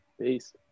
Peace